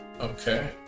Okay